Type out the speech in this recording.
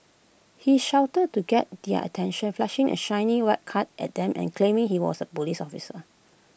he shouted to get their attention flashing A shiny white card at them and claiming he was A Police officer